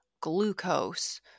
glucose